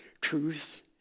truth